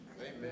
Amen